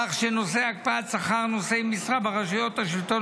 כך שנושא הקפאת שכר נושאי משרה ברשויות השלטון